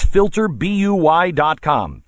FilterBuy.com